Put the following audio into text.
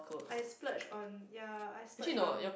I splurge on ya I splurge on